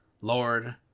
Lord